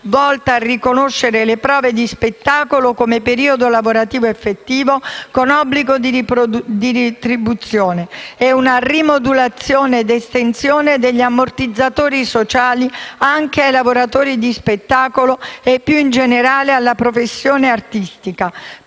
volta a riconoscere le prove di spettacolo come periodo lavorativo effettivo con obbligo di retribuzione, nonché una rimodulazione ed estensione degli ammortizzatori sociali anche ai lavoratori dello spettacolo e, più in generale, alla professione artistica.